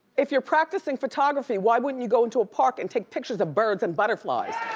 if you're practicing photography, why wouldn't you go into a park and take pictures of birds and butterflies?